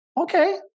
okay